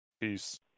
Peace